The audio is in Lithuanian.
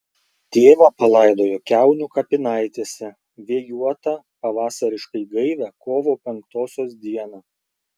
tėvą palaidojo kiaunių kapinaitėse vėjuotą pavasariškai gaivią kovo penktosios dieną